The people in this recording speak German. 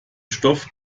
stoff